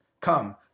come